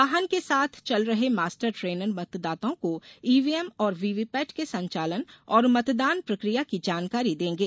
वाहन के साथ चल रहे मास्टर ट्रेनर द्वारा मतदाताओं को ईव्हीएम और वीवीपेट के संचालन और मतदान प्रक्रिया की जानकारी देंगे